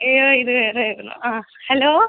അയ്യോ ഇത് വേറെ ആ ഹലോ